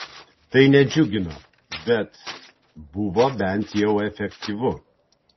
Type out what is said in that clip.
tai nedžiugino bet buvo bent jau efektyvu